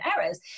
errors